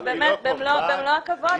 במלוא הכבוד,